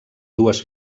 dues